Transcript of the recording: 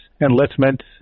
enlistment